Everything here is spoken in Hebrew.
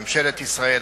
ממשלת ישראל,